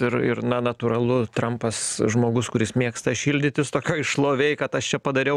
ir ir na natūralu trampas žmogus kuris mėgsta šildytis tokioj šlovėj kad aš čia padariau